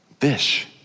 fish